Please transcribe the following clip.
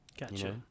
gotcha